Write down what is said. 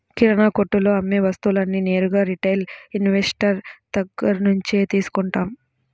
కిరణాకొట్టులో అమ్మే వస్తువులన్నీ నేరుగా రిటైల్ ఇన్వెస్టర్ దగ్గర్నుంచే తీసుకుంటాం